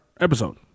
episode